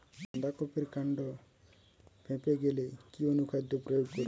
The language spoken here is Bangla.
বাঁধা কপির কান্ড ফেঁপে গেলে কি অনুখাদ্য প্রয়োগ করব?